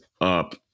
up